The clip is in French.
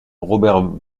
robert